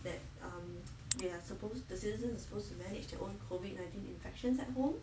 that um they are supposed the citizen is supposed to manage their own COVID nineteen infections at home